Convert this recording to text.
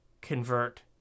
convert